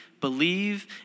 believe